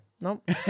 Nope